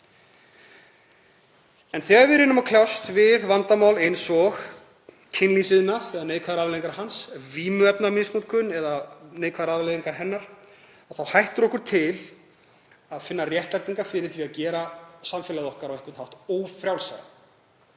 En þegar við reynum að kljást við vandamál eins og kynlífsiðnað eða neikvæðar afleiðingar hans, vímuefnamisnotkun eða neikvæðar afleiðingar hennar, þá hættir okkur til að finna réttlætingu fyrir því að gera samfélag okkar á einhvern hátt ófrjálsara.